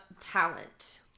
talent